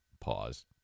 Pause